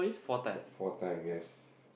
four time yes